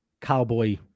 cowboy